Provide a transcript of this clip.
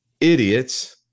idiots